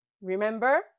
Remember